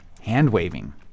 Hand-waving